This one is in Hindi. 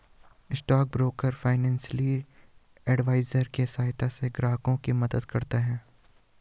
स्टॉक ब्रोकर फाइनेंशियल एडवाइजरी के सहायता से ग्राहकों की मदद करता है